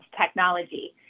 technology